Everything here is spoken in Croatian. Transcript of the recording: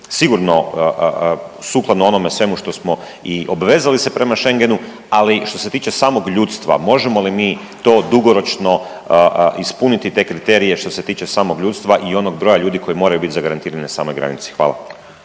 sigurno sukladno onom svemu što smo i obvezali se prema Schengenu, ali i što se tiče samog ljudstva možemo li mi to dugoročno ispuniti te kriterije što se tiče samog ljudstva i onog broja ljudi koji moraju biti zagarantirani na samoj granici. Hvala.